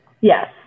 Yes